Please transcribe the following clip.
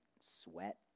sweat